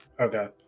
okay